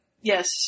Yes